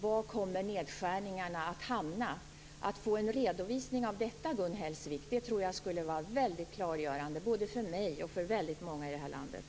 Var kommer nedskärningarna att hamna? Att få en redovisning av detta, Gun Hellsvik, tror jag skulle vara väldigt klargörande både för mig och för många i det här landet.